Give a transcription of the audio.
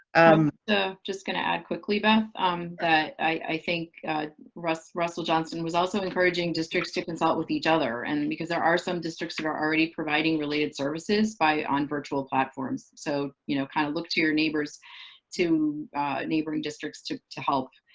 i'm just going to add quickly, beth, that um i think russell russell johnston was also encouraging districts to consult with each other. and because there are some districts that are already providing related services by on virtual platforms. so, you know, kind of look to your neighbors to neighboring districts to to help,